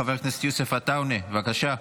חבר הכנסת יוסף עטאונה, בבקשה.